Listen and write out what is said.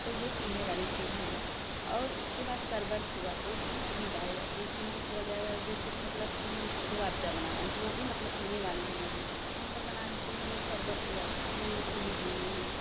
तो ये पीने वाले चीज हो गई और उसके बाद शरबत हुआ तो उसमें चीनी डाल जाती है चीनी के बजाय जैसे कि मतलब कि रूह अफजा बनाना है वह भी मतलब पीने वाले ही हैं तो हम लोग बना लेते हैं वो शरबत हुआ वह पीने के लिए हैं